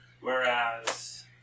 whereas